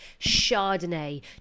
chardonnay